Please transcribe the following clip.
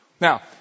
Now